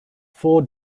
four